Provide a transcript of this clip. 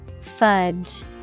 Fudge